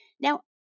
Now